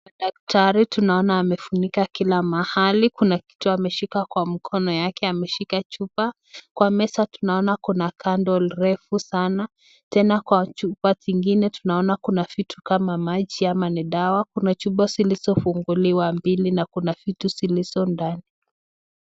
Daktari tunaona amefunika kila mahali. Kuna kitu ameshika kwa mkono yake, ameshika chupa. Kwa meza tunaona kuna candle refu sana. Tena kwa chupa zingine tunaona kuna vitu kama maji ama ni dawa. Kuna chupa zilizofunguliwa mbili na kuna vitu zilizodani.